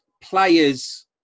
players